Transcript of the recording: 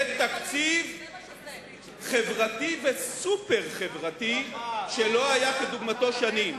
זה תקציב חברתי וסופר-חברתי שלא היה כדוגמתו שנים.